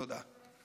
תודה.